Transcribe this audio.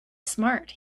smart